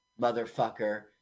Motherfucker